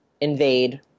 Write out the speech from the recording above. Invade